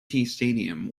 stadium